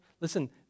Listen